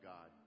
God